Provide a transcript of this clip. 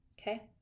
okay